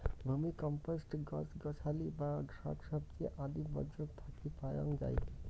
vermicompost গছ গছালি বা শাকসবজি আদি বর্জ্যক থাকি পাওয়াং যাই